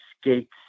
skates